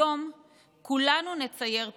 היום כולנו נצייר ציור.